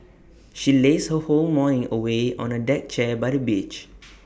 she lazed her whole morning away on A deck chair by the beach